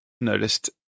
noticed-